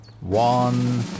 One